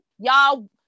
y'all